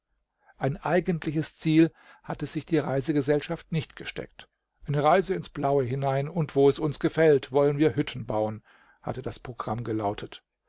ein eigentliches ziel hatte sich die reisegesellschaft nicht gesteckt eine reise ins blaue hinein und wo es uns gefällt wollen wir hütten bauen hatte das programm gelautet